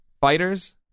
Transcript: fighters